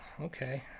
okay